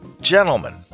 gentlemen